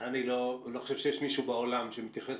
אני לא חושב שיש מישהו בעולם שמתייחס